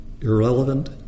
irrelevant